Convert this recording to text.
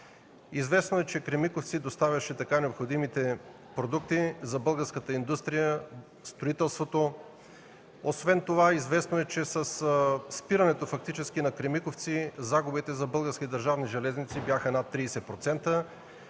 Известно е, че „Кремиковци” доставяше така необходимите продукти за българската индустрия, строителството. Освен това е известно, че със спирането на „Кремиковци” загубите за „Български държавни железници” бяха над 30%.